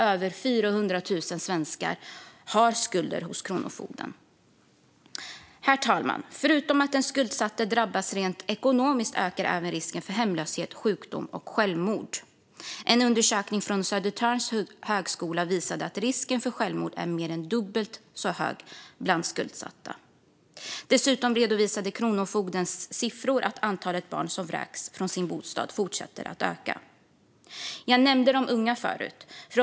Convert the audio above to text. Över 400 000 svenskar har skulder hos Kronofogden. Herr talman! Förutom att den skuldsatte drabbas rent ekonomiskt ökar även risken för hemlöshet, sjukdom och självmord. En undersökning från Södertörns högskola visade att risken för självmord är mer än dubbelt så hög bland skuldsatta. Dessutom redovisade Kronofogdens siffror att antalet barn som vräks från sin bostad fortsätter att öka. Jag nämnde förut de unga.